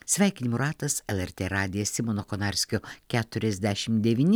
sveikinimų ratas lrt radijas simono konarskio keturiasdešim devyni